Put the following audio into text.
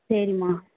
சரிம்மா